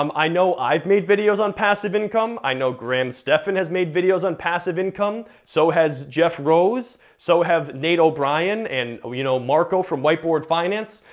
um i know i've made videos on passive income, i know graham stephan has made videos on passive income, so has jeff rose, so have nate o'brien, and ah you know marko from white board finance.